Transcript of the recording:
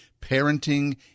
Parenting